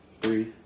three